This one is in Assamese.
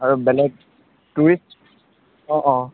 আৰু বেলেগ টুৰিষ্ট অঁ অঁ